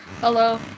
Hello